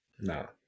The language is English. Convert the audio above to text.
No